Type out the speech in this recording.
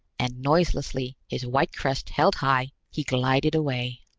and noiselessly, his white crest held high, he glided away.